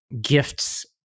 gifts